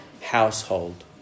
Household